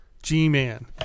G-Man